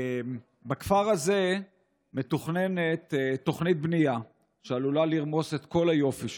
בכפר הזה מתוכננת תוכנית בנייה שעלולה לרמוס את כל היופי שבו,